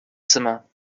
zimmer